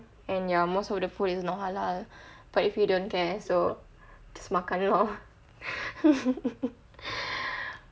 and ya most of the food is not halal but if you don't care so just makan lor